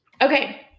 Okay